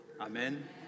Amen